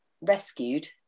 rescued